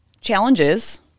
challenges